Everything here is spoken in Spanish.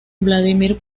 vladímir